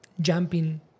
jumping